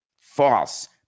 False